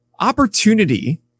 opportunity